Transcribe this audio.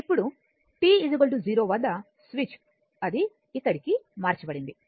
ఇప్పుడు t 0 వద్ద switch అది ఇక్కడికి మార్చబడింది